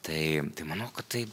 tai tai manau kad tai